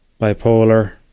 bipolar